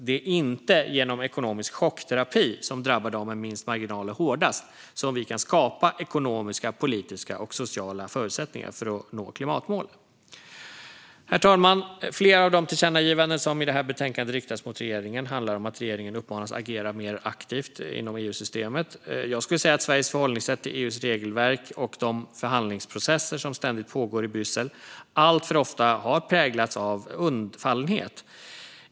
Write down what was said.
Det är inte genom ekonomisk chockterapi som drabbar dem med minst marginaler hårdast som vi kan skapa ekonomiska, politiska och sociala förutsättningar för att nå klimatmålet. Herr talman! Flera av de tillkännagivanden som i betänkandet riktas mot regeringen handlar om att regeringen uppmanas att agera mer aktivt inom EU-systemet. Jag skulle säga att Sveriges förhållningssätt till EU:s regelverk och de förhandlingsprocesser som ständigt pågår i Bryssel alltför ofta har präglats av undfallenhet.